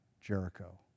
Jericho